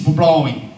blowing